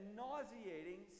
nauseating